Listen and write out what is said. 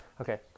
Okay